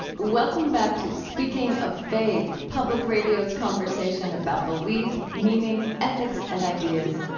welcome back to speaking of faith, public radio's conversation about belief, meaning, ethics, and ideas.